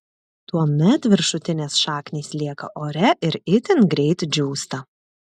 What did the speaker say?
tuomet viršutinės šaknys lieka ore ir itin greit džiūsta